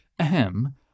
ahem